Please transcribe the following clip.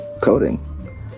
coding